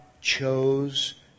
chose